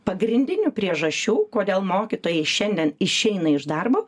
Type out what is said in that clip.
pagrindinių priežasčių kodėl mokytojai šiandien išeina iš darbo